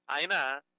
Aina